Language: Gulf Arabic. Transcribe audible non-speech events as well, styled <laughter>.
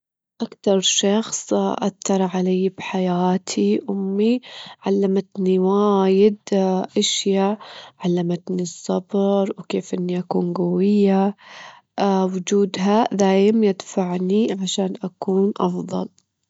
أحب الأطعمة المالحة، أحب الموالح خصوصًا إذ كانت معبية بهارات وتوابل ومعبية طعم، <noise> والأطباق الرئيسية الدسمة، أحبها الحارة الحامضة كلها أطعمة مفضلة عندي. <noise>